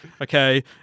okay